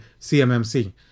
CMMC